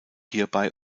hierbei